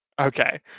Okay